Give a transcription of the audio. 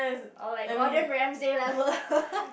or like Gordan-Ramsey level